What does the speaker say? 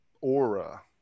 aura